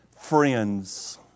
friends